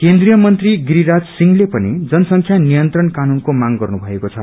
केन्द्रिय मंत्री गिरिराज सिंहले पनि जनसंख्या नियंत्रण कानूनको मांग गर्नु भएको छ